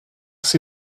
see